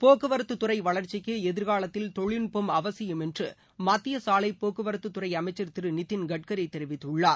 போக்குவரத்து துறை வளர்ச்சிக்கு எதிர்காலத்தில் தொழில்நுட்பம் அவசியம் என்று மத்திய சாலை போக்குவரத்து துறை அமைச்சர் திரு நிதின்கட்கரி தெரிவித்துள்ளார்